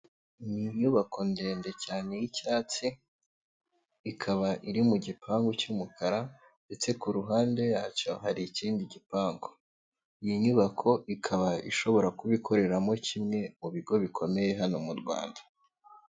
Ni inyubako ndende cyane y'icyatsi, ikaba iri mu gipangu cy'umukara ndetse ku ruhande yacyo hari ikindi gipangu, iyi nyubako ikaba ishobora kuba ikoreramo kimwe mu bigo bikomeye hano mu Rwanda.